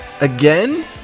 Again